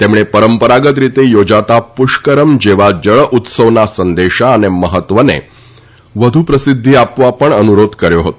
તેમણે પરંપરાગત રીતે યોજાતા પુષ્કરમ જેવા જળ ઉત્સવના સંદેશા અને મહત્વને વધુ પ્રસિધ્યિ આપવા અનુરોધ કર્યો હતો